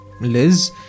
Liz